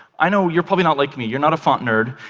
i know you're probably not like me, you're not a font nerd,